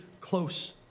close